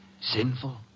Sinful